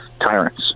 tyrants